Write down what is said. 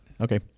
Okay